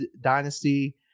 Dynasty